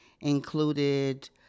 included